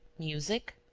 music?